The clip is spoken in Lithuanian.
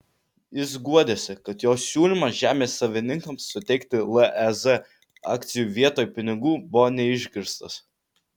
jis guodėsi kad jo siūlymas žemės savininkams suteikti lez akcijų vietoj pinigų buvo neišgirstas